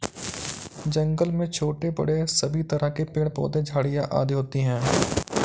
जंगल में छोटे बड़े सभी तरह के पेड़ पौधे झाड़ियां आदि होती हैं